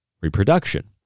reproduction